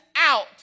out